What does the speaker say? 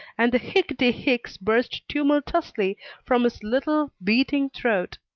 and the hicketty-hicks burst tumultuously from his little, beating throat.